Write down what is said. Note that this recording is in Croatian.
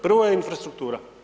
Prva je infrastruktura.